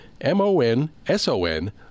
M-O-N-S-O-N